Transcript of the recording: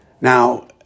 Now